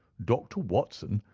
dr. watson,